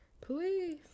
Please